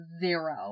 zero